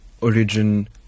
origin